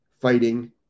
fighting